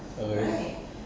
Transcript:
oh ya